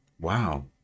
Wow